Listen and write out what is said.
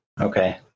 okay